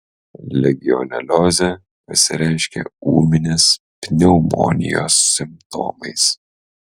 legioneliozė pasireiškia ūminės pneumonijos simptomais